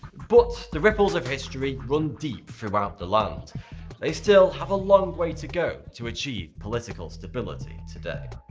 but the ripples of history run deep throughout the land they still have a long way to go to achieve political stability today.